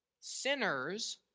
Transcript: Sinners